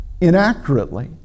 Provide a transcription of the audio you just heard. inaccurately